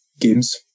games